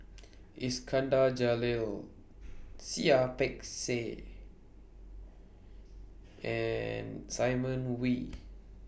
Iskandar Jalil Seah Ah Peck Seah and Simon Wee